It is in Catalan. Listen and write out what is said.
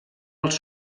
els